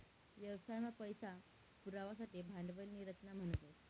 व्यवसाय मा पैसा पुरवासाठे भांडवल नी रचना म्हणतस